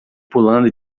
pulando